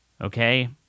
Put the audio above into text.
Okay